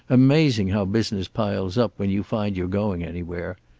amazing how business piles up when you find you're going anywhere.